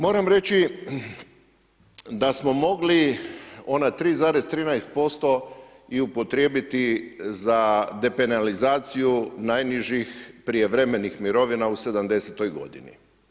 Moram reći da smo mogli ona 3,13% i upotrijebiti za depenalizaciju najnižih prijevremenih mirovina u 70.-toj godini.